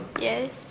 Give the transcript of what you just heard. Yes